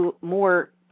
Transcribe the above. more